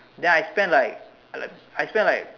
then I spend like like I spend like